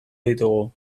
ditugu